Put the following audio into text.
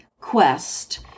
quest